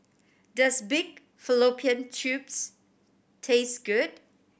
does pig fallopian tubes taste good